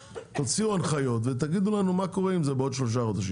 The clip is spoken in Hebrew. תוציאו הנחיות ותגידו לנו מה קורה עם זה בעוד שלושה חודשים.